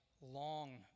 long